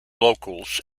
locals